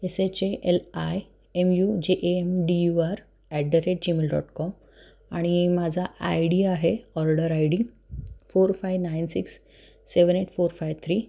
S H A L I M U J A M D U R at the rate Gmail dot com आणि माझा I D आहे order I D four five nine six seven eight four five three